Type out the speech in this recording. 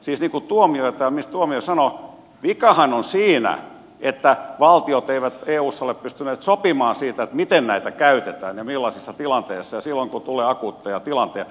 siis niin kuin ministeri tuomioja täällä sanoi vikahan on siinä että valtiot eivät eussa ole pystyneet sopimaan siitä miten näitä käytetään ja millaisissa tilanteissa ja silloin kun tulee akuutteja tilanteita